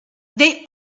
they